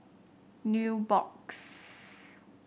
Nubox